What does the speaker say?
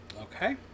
Okay